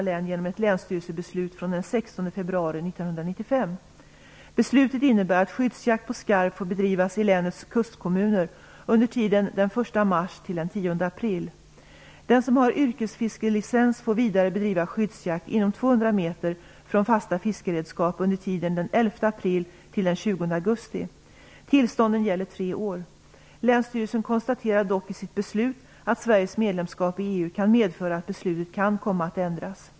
Länsstyrelsen konstaterar dock i sitt beslut att Sveriges medlemskap i EU kan medföra att beslutet kan komma att ändras.